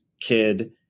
kid